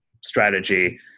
strategy